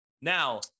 Now